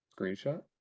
Screenshot